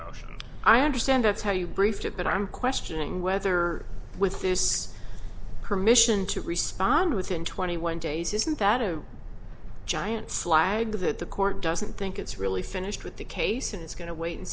vote i understand that's how you briefed it but i'm questioning whether with this permission to respond within twenty one days isn't that a giant flag that the court doesn't think it's really finished with the case and it's going to wait and